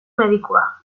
medikua